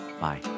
Bye